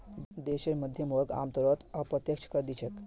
देशेर मध्यम वर्ग आमतौरत अप्रत्यक्ष कर दि छेक